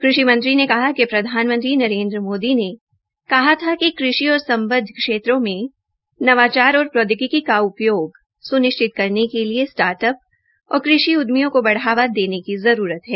कृषि मुंत्री ने कहा कि प्रधानमंत्री नरेन्द्र मोदी ने कहा था कि कृषि और संबद्ध क्षेत्रों में नवाचार और प्रौद्योगिकी का उपयोग सुनिश्चित करने के लिए स्टार्ट अप और कृषि उद्यमियों को बढ़ावा देने की जरूरत है